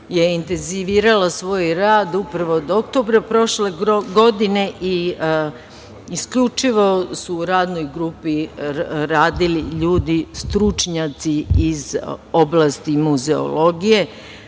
je intenzivirala svoj rad upravo od oktobra prošle godine i isključivo su u radnoj grupi radili ljudi stručnjaci iz oblasti muzeologije.